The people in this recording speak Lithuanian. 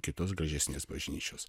kitos gražesnės bažnyčios